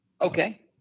Okay